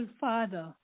Father